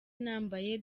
nambaye